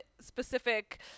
specific